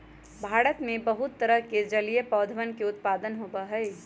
भारत में बहुत तरह के जलीय पौधवन के उत्पादन होबा हई